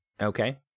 Okay